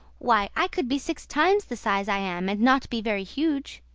why, i could be six times the size i am, and not be very huge.